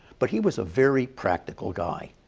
but he was a very practical guy.